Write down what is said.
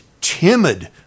timid